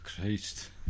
Christ